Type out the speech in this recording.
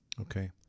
Okay